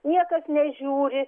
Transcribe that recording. niekas nežiūri